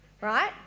right